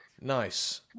Nice